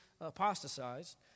apostatized